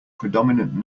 predominant